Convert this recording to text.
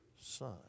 Son